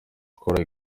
ikora